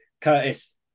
Curtis